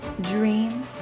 dream